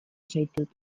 zaitut